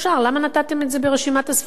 למה נתתם את זה ברשימת הספרים,